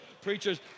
preachers